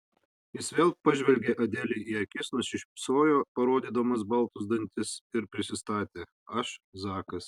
jis vėl pažvelgė adelei į akis nusišypsojo parodydamas baltus dantis ir prisistatė aš zakas